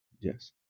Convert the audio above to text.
yes